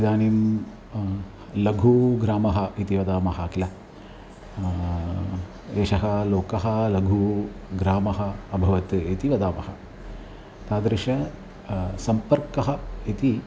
इदानीं लघुः ग्रामः इति वदामः किल एषः लोकः लघुः ग्रामः अभवत् इति वदामः तादृशः सम्पर्कः इति